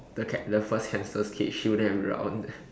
the cat the first hamster's cage she wouldn't have drowned